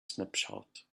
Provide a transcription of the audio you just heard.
snapshot